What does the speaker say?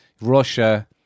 Russia